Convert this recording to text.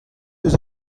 eus